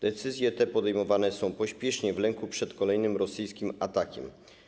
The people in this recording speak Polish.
Decyzje te podejmowane są pospiesznie, w lęku przed kolejnym rosyjskim atakiem.